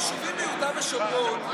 ביישובים ביהודה שומרון,